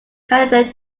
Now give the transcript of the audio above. canada